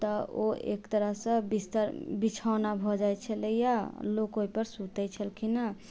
तऽ ओ एक तरहसँ बिस्तर बिछौना भऽ जाइ छलैया लोक ओहि पर सुतै छलखिन हैं